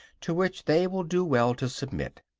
to which they will do well to submit.